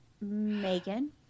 Megan